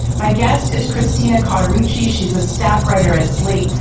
my guest is christina carter ritchie. she's a staff writer at slate.